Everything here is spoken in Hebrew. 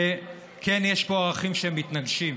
כן, יש פה ערכים מתנגשים,